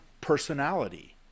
personality